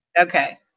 okay